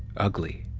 ugly.